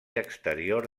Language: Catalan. exterior